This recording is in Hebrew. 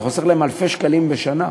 זה חוסך להם אלפי שקלים בשנה.